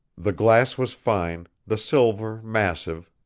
the glass was fine, the silver massive,